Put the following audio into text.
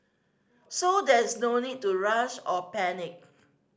so there is no need to rush or panic